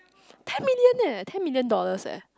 ten million leh ten million dollars eh